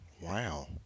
Wow